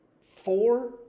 four